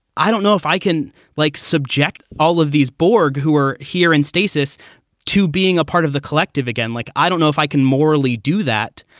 i don't know if i can like subject all of these borg who are here in status to being a part of the collective. again, like i don't know if i can morally do that,